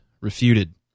Refuted